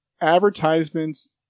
Advertisements